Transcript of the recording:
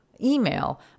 email